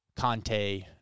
Conte